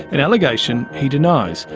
an allegation he denies.